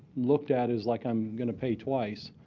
looked at as like i'm going to pay twice.